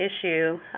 issue